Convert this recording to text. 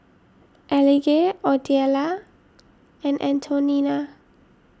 Elige Odelia and Antonina